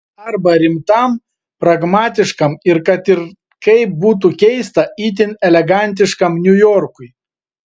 arba rimtam pragmatiškam ir kad ir kaip būtų keista itin elegantiškam niujorkui